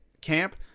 camp